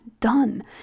done